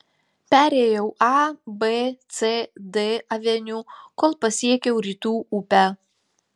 perėjau a b c d aveniu kol pasiekiau rytų upę